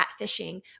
catfishing